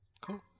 Cool